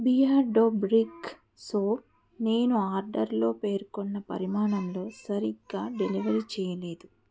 Beardo brick soap నేను ఆర్డర్లో పేర్కొన్న పరిమాణంలో సరిగ్గా డెలివరి చెయ్యలేదు